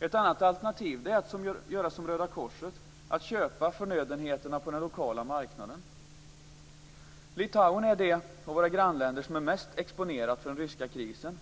Ett annat alternativ är att göra som Röda korset, dvs. att köpa förnödenheterna på den lokala marknaden. Litauen är det av våra grannländer som är mest exponerat för den ryska krisen.